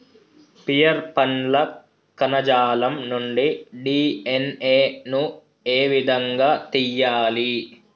Pear పండ్ల కణజాలం నుండి డి.ఎన్.ఎ ను ఏ విధంగా తియ్యాలి?